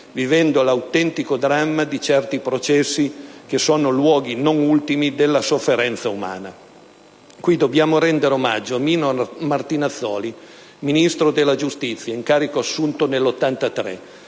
vivendo l'autentico dramma di certi processi, che sono luoghi non ultimi della sofferenza umana». Qui dobbiamo rendere omaggio a Mino Martinazzoli ministro della giustizia, incarico assunto nel 1983.